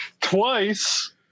Twice